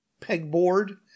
pegboard